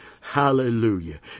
Hallelujah